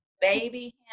baby